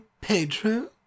Pedro